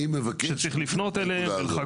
הם היו מקבלים את תעודות הזהות שלהם בשדה